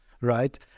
right